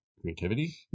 creativity